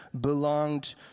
belonged